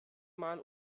mal